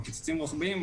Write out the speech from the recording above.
על קיצוצים רוחביים,